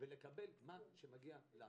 ולקבל מה שמגיע לנו.